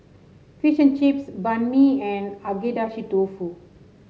fish and Chips Banh Mi and Agedashi Dofu